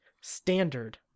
standard